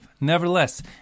Nevertheless